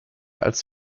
als